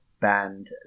band